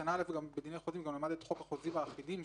בשנה א' בדיני החוזים גם למדת את חוק החוזים האחידים,